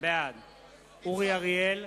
בעד אורי אריאל,